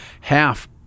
half